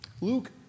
Luke